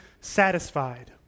satisfied